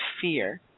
fear